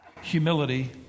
humility